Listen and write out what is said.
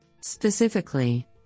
Specifically